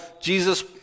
Jesus